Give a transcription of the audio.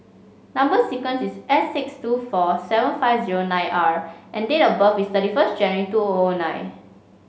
number sequence is S six two four seven five zero nine R and date of birth is thirty first January two O O nine